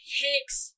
hicks